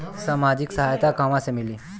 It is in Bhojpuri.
सामाजिक सहायता कहवा से मिली?